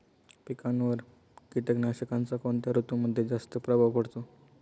पिकांवर कीटकनाशकांचा कोणत्या ऋतूमध्ये जास्त प्रभाव पडतो?